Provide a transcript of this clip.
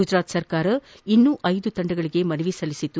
ಗುಜರಾತ್ ಸರ್ಕಾರ ಇನ್ನು ಐದು ತಂಡಗಳಿಗೆ ಮನವಿ ಸಲ್ಲಿಸಿತ್ತು